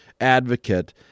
advocate